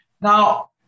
Now